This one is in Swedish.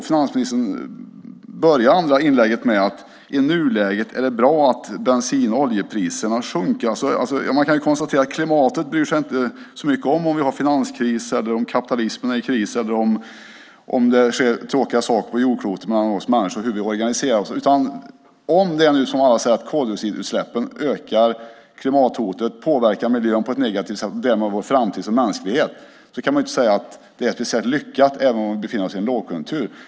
Finansministern började sitt andra inlägg med att i nuläget är det bra att bensin och oljepriserna sjunker. Man kan konstatera att klimatet inte bryr sig så mycket om ifall vi har finanskris, om kapitalismen är i kris eller om det sker tråkiga saker på jordklotet mellan oss människor och hur vi organiserar oss. Om det nu är som alla säger, att koldioxidutsläppen ökar och att klimathotet påverkar miljön på ett negativt sätt och därmed vår framtid som mänsklighet, kan man inte säga att det är speciellt lyckat, även om vi befinner oss i en lågkonjunktur.